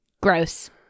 Gross